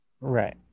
right